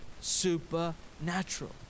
supernatural